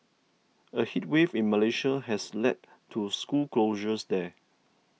a heat wave in Malaysia has led to school closures there